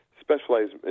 specialized